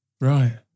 Right